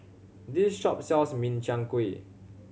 this shop sells Min Chiang Kueh